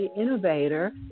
innovator